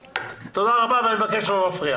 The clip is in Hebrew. תודה רבה ואני מבקש לא להפריע.